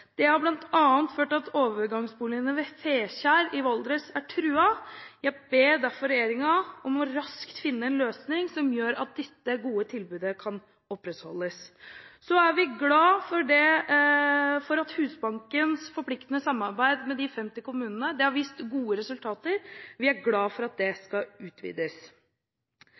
Det har bl.a. ført til at overgangsboligene ved Fekjær i Valdres er truet. Jeg ber derfor regjeringen om raskt å finne en løsning som gjør at dette gode tilbudet kan opprettholdes. Vi er glade for Husbankens forpliktende samarbeid med 50 kommuner. Det har vist gode resultater. Vi er glade for at det skal utvides.